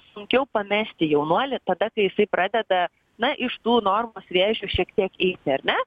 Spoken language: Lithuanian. sunkiau pamesti jaunuolį tada kai jisai pradeda na iš tų normos vėžių šiek tiek eiti ar ne